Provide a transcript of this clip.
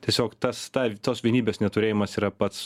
tiesiog tas ta tos vienybės neturėjimas yra pats